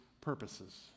purposes